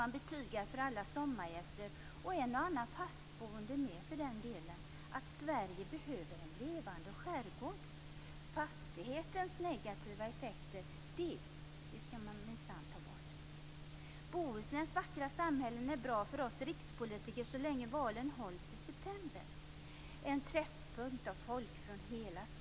Man betygar för alla sommargäster och för den delen också en och annan fastboende att Sverige behöver en levande skärgård. Fastighetsskattens negativa effekter skall man minsann undanröja. Bohusläns vackra samhällen är bra för oss rikspolitiker så länge valen hålls i september. Bohuslän är en träffpunkt för folk från hela Sverige.